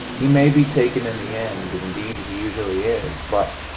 he may be taken in the end indeed, he usually is but